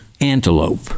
antelope